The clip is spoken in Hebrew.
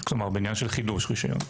כלומר בעניין חידוש רשיון,